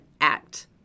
act